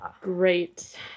Great